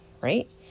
right